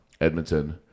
Edmonton